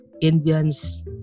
Indians